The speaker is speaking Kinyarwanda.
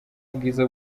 bwiza